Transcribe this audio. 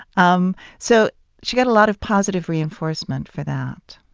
um so she got a lot of positive reinforcement for that